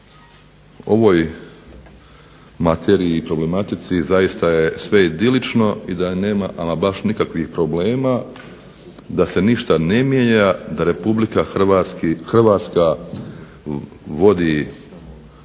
ovoj materiji i problematici zaista je sve idilično i da nema ama baš nikakvih problema, da se ništa ne mijenja, da Republika Hrvatska vodi